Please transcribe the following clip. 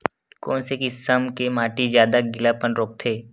कोन से किसम के माटी ज्यादा गीलापन रोकथे?